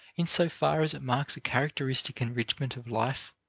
in so far as it marks a characteristic enrichment of life,